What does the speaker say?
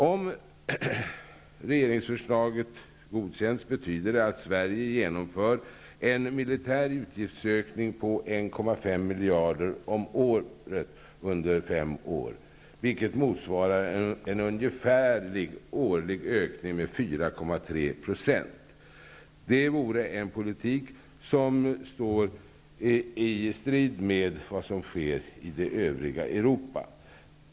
Om regeringsförslaget godkänns betyder det att Sverige genomför en militär utgiftsökning på 1,5 miljarder om året under fem år, vilket motsvarar en ungefärlig årlig ökning med 4,3 %. Det vore en politik som står i strid med vad som sker i det övriga Europa.